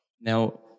Now